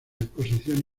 exposición